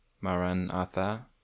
Maranatha